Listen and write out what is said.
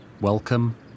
Welcome